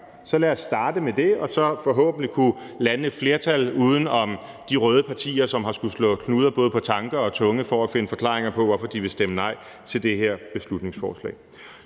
Så lad os starte med det, og så kan vi forhåbentlig lande et flertal uden om de røde partier, som har skullet slå knuder både på tanker og tunge for at finde forklaringer på, hvorfor de vil stemme nej til det her beslutningsforslag.